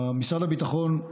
במשרד הביטחון,